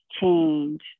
change